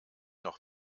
noch